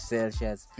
Celsius